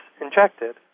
injected